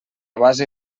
base